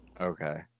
okay